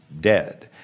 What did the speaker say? dead